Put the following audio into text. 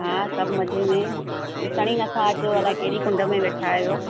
हा सभु मज़े में ॾिसणु ई नथा अचो अलाए कहिड़ी कुंड में वेठा आयो